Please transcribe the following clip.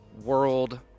world